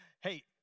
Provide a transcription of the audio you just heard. Hey